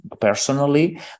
personally